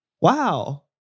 Wow